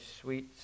sweet